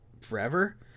forever